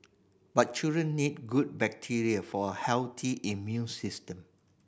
but children need good bacteria for a healthy immune system